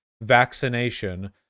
vaccination